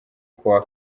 kuwa